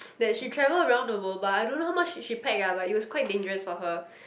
that she travels around the world but I don't how much she she packed ah but it was quite dangerous for her